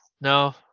no